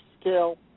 scale